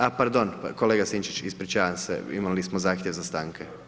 A, pardon, kolega Sinčić ispričavam se, imali smo zahtjev za stanke.